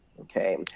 okay